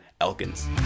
Elkins